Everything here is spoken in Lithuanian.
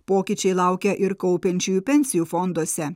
pokyčiai laukia ir kaupiančiųjų pensijų fonduose